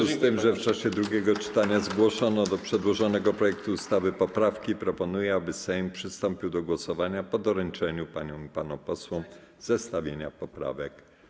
W związku z tym, że w czasie drugiego czytania zgłoszono do przedłożonego projektu ustawy poprawki, proponuję, aby Sejm przystąpił do głosowania po doręczeniu paniom i panom posłom zestawienia poprawek.